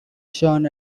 shown